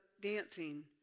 dancing